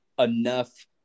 enough